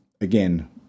again